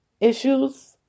issues